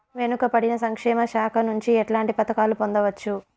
వెనుక పడిన సంక్షేమ శాఖ నుంచి ఎట్లాంటి పథకాలు పొందవచ్చు?